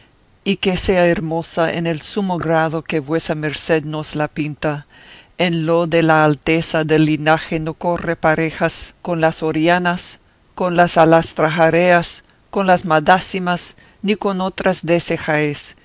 y que sea hermosa en el sumo grado que vuesa merced nos la pinta en lo de la alteza del linaje no corre parejas con las orianas con las alastrajareas con las madásimas ni con otras deste jaez